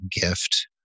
gift